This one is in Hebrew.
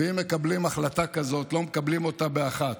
ואם מקבלים החלטה כזאת, לא מקבלים אותה באחת.